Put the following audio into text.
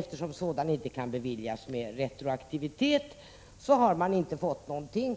Eftersom sådan inte kan beviljas med retroaktivitet, får man ingenting.